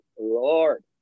Lord